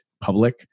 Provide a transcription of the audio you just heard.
public